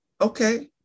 okay